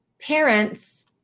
parents